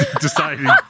Deciding